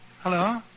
Hello